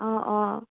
অঁ অঁ